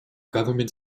government